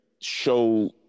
show